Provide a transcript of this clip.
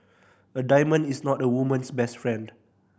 a diamond is not a woman's best friend